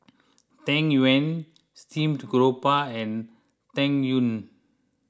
Tang Yuen Steamed Grouper and Tang Yuen